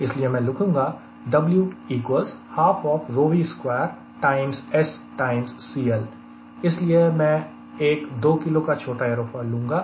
इसलिए मैं लिख लूंगा इसलिए मैं एक 2 किलो का छोटा एयरोफॉयल लूंगा